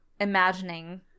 imagining